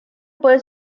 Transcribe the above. puede